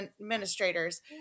administrators